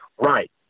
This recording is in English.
Right